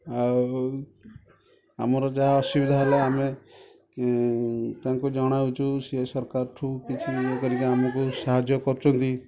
ଆଉ ଆମର ଯାହା ଅସୁବିଧା ହେଲା ଆମେ ତାଙ୍କୁ ଜଣାଉଛୁ ସେ ସରକାରଠୁ କିଛି ଇଏ କରି ଆମକୁ ସାହାଯ୍ୟ କରୁଛନ୍ତି